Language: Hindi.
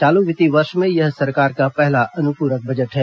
चालू वित्तीय वर्ष में यह सरकार का पहला अनुपूरक बजट है